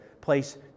place